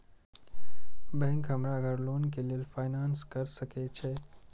Bank हमरा घर loan के लेल फाईनांस कर सके छे?